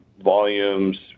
volumes